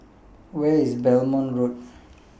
Where IS Belmont Road